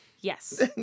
Yes